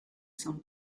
some